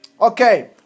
Okay